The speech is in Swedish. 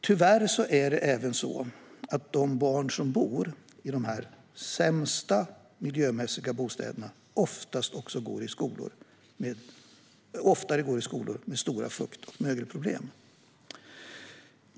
Tyvärr är det även så att de barn som bor i dessa miljömässigt sämsta bostäder oftare går i skolor med stora fukt och mögelproblem.